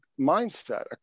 mindset